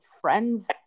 friends